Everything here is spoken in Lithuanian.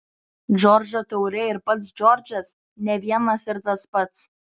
džordžo taurė ir pats džordžas ne vienas ir tas pats